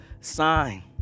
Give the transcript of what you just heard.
sign